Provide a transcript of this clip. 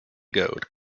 gold